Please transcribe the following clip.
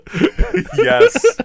yes